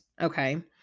okay